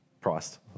priced